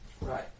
Right